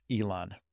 Elon